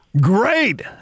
Great